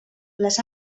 les